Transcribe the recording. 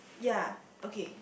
ya okay